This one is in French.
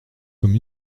comme